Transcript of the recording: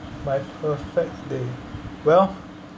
my perfect day well